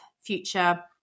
future